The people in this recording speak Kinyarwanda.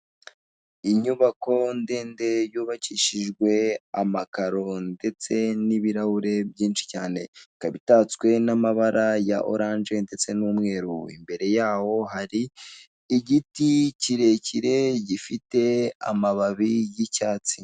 Inyubako ndende yubakishijwe amakaro ndetse n'ibirahure byinshi cyane, ikaba itatswe n'amabara ya oranje ndetse n'umweru, imbrere yaho hari igiti kirekire gifite amababi y'icyatsi.